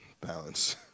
balance